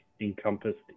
encompassed